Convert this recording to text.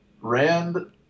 Rand